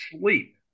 sleep